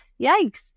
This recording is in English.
Yikes